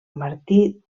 martí